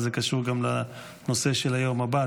זה קשור גם לנושא של היום הבא,